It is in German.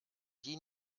die